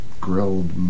grilled